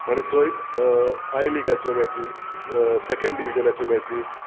आनी थंय आय लिगाच्यो मॅची सेकेंड डिविजनाच्यो मॅची